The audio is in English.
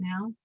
now